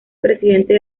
presidente